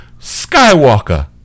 skywalker